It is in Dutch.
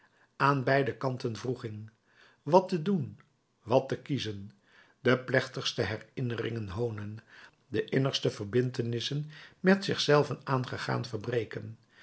aan beide kanten wroeging wat te doen wat te kiezen de plechtigste herinneringen hoonen de innigste verbintenissen met zich zelven aangegaan verbreken